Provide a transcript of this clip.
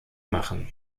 machen